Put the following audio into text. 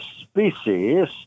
species